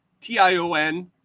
T-I-O-N